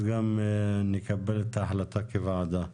גם נקבל את ההחלטה כוועדה.